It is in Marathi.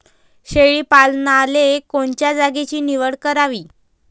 शेळी पालनाले कोनच्या जागेची निवड करावी?